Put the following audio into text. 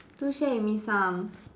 do share with me some